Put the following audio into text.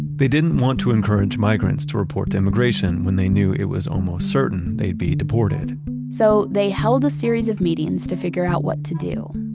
they didn't want to encourage migrants to report to immigration when they knew it was almost certain they'd be deported so they held a series of meetings to figure out what to do.